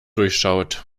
durchschaut